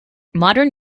modern